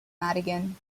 madigan